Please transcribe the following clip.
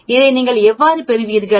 இதை நீங்கள் எவ்வாறு பெறுவீர்கள்